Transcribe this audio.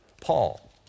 Paul